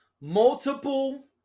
multiple